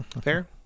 fair